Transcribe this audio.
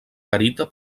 garita